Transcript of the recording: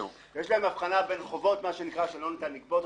הבחנה בין חובות שלא ניתן לגבות,